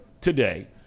today